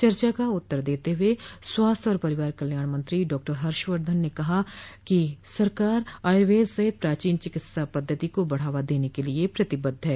चर्चा का उत्तर देते हुए स्वास्थ्य और परिवार कल्याण मंत्री डॉक्टर हर्षवर्धन ने कहा कि सरकार आयूर्वेद सहित प्राचीन चिकित्सा पद्धति को बढ़ावा देने के लिए प्रतिबद्ध है